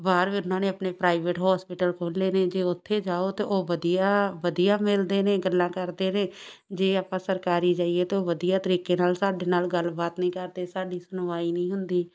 ਬਾਹਰ ਵੀ ਉਹਨਾਂ ਨੇ ਆਪਣੇ ਪ੍ਰਾਈਵੇਟ ਹੋਸਪਿਟਲ ਖੋਲ੍ਹੇ ਨੇ ਜੇ ਉੱਥੇ ਜਾਓ ਤਾਂ ਉਹ ਵਧੀਆ ਵਧੀਆ ਮਿਲਦੇ ਨੇ ਗੱਲਾਂ ਕਰਦੇ ਨੇ ਜੇ ਆਪਾਂ ਸਰਕਾਰੀ ਜਾਈਏ ਤਾਂ ਉਹ ਵਧੀਆ ਤਰੀਕੇ ਨਾਲ ਸਾਡੇ ਨਾਲ ਗੱਲਬਾਤ ਨਹੀਂ ਕਰਦੇ ਸਾਡੀ ਸੁਣਵਾਈ ਨਹੀਂ ਹੁੰਦੀ